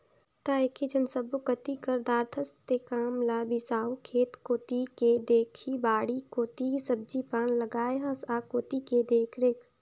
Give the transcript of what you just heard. त एकेझन सब्बो कति कर दारथस तें काम ल बिसाहू खेत कोती के देखही बाड़ी कोती सब्जी पान लगाय हस आ कोती के देखरेख